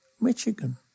Michigan